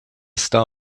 star